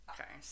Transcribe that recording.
Okay